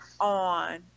on